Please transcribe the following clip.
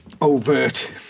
overt